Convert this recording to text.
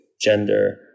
gender